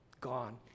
gone